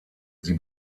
sie